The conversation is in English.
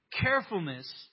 carefulness